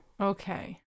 Okay